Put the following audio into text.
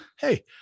Hey